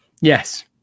Yes